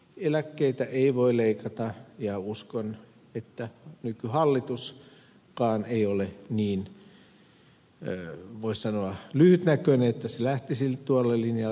eläkkeitä ei voi leikata ja uskon että nykyhallituskaan ei ole niin voisi sanoa lyhytnäköinen että se lähtisi tuolle linjalle